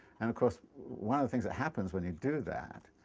and of course one of the things that happens when you do that,